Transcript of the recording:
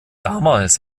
damals